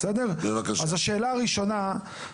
שאלה ראשונה.